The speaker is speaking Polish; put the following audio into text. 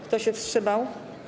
Kto się wstrzymał?